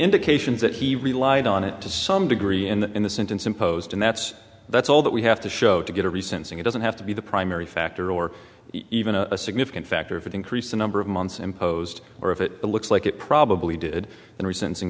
indications that he relied on it to some degree and the sentence imposed and that's that's all that we have to show to get a recent thing it doesn't have to be the primary factor or even a significant factor of an increase the number of months imposed or if it looks like it probably did and we sensing